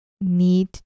need